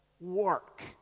work